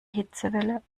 hitzewelle